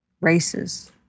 races